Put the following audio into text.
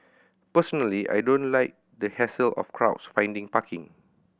personally I don't like the hassle of crowds finding parking